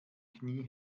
knie